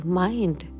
mind